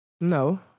No